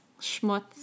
schmutz